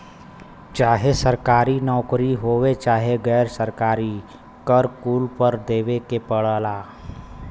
चाहे सरकारी नउकरी होये चाहे गैर सरकारी कर कुल पर देवे के पड़ला